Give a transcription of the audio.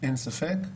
אין ספק,